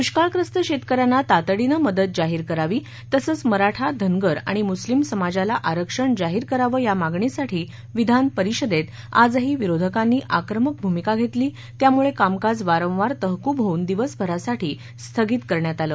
दृष्काळप्रस्त शेतक यांना तातडीने मदत जाहीर करावी तसंच मराठा धनगर आणि मुस्लिम समाजला आरक्षण जाहीर करावं या मागणीसाठी विधानपरिषदेत आजही विरोधकांनी आक्रमक भूमिका घेतली त्यामुळे कामकाज वारंवार तहकूब होऊन दिवसभरासाठी स्थगित करण्यात आलं